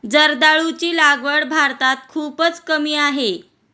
जर्दाळूची लागवड भारतात खूपच कमी आहे